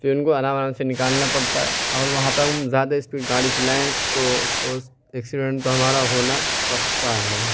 کہ ان کو آرام آرام سے نکالنا پڑتا ہے اور وہاں پر ہم زیادہ اسپیڈ گاڑی چلائیں تو آف کورس ایکسیڈنٹ تو ہمارا ہونا پکا ہے